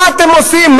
מה אתם עושים?